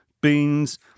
beans